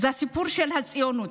זה הסיפור של הציונות.